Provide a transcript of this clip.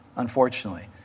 Unfortunately